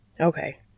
Okay